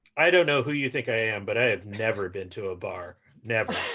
i don't know who you think i am, but i have never been to a bar never.